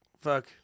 Fuck